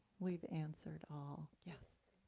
we've answered all, yes.